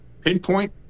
pinpoint